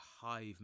hive